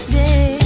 day